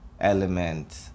element